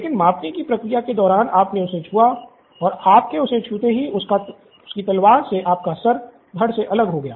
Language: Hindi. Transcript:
लेकिन मापने की प्रक्रिया के ही दौरान आपने उसे छुआ और आपके उसे छूते ही उसकी तलवार से आपका सिर धड़ से अलग हो गया